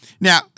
Now